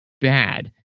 bad